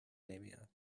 نمیاد